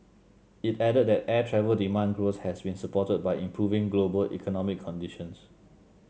it added that air travel demand growth has been supported by improving global economic conditions